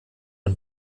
und